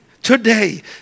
Today